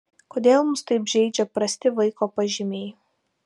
kodėl mus taip žeidžia prasti vaiko pažymiai